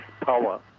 power